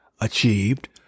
achieved